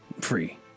Free